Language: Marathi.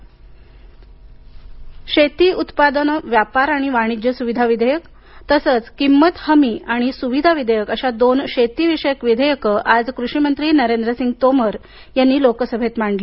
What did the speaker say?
नरेंद्र सिंग तोमर शेती उत्पादने व्यापार आणि वाणिज्य सुविधा विधेयक आणि किंमत हमी आणि सुविधा विधेयक अशी दोन शेतीविषयक विधेयके आज कृषी मंत्री नरेंद्र सिंग तोमर यांनी लोकसभेत मांडली